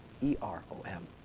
E-R-O-M